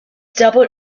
doubled